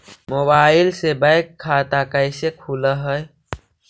Mobile से bank खाता कैसे खुल है?